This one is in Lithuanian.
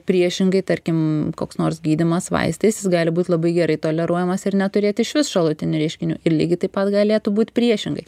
priešingai tarkim koks nors gydymas vaistais jis gali būt labai gerai toleruojamas ir neturėti išvis šalutinių reiškinių ir lygiai taip pat galėtų būt priešingai